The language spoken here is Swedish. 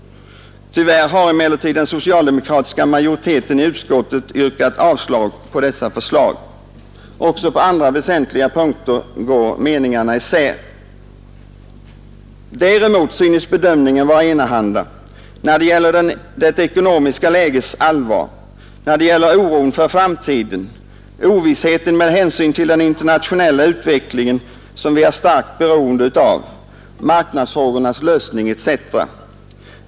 Tyvärr har emellertid den socialdemokratiska majoriteten i utskottet yrkat avslag på dessa förslag. Också på andra väsentliga punkter går meningarna isär. Däremot synes bedömningen vara enahanda när det gäller det ekonomiska lägets allvar, när det gäller oron för framtiden härvidlag, ovissheten med hänsyn till den internationella utvecklingen, som vi är starkt beroende av, marknadsfrågornas lösning etc.